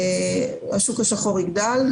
השוק השחור יגדל,